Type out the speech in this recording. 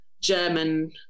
German